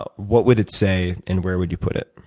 ah what would it say, and where would you put it?